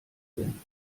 denn